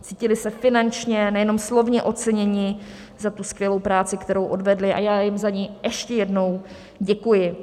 Cítili se finančně, nejenom slovně oceněni za tu skvělou práci, kterou odvedli, a já jim za ní ještě jednou děkuji.